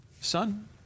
son